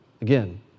Again